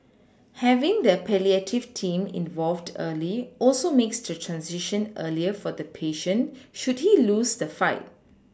having the palliative team involved early also makes the transition easier for the patient should he lose the fight